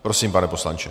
Prosím, pane poslanče.